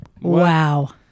Wow